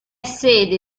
sede